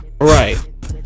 Right